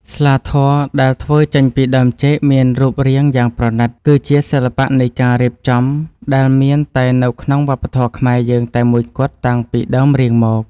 ស្លាធម៌ដែលធ្វើចេញពីដើមចេកមានរូបរាងយ៉ាងប្រណីត គឺជាសិល្បៈនៃការរៀបចំដែលមានតែនៅក្នុងវប្បធម៌ខ្មែរយើងតែមួយគត់តាំងពីដើមរៀងមក។